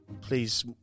please